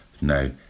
no